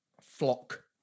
flock